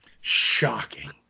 Shocking